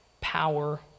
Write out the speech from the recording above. power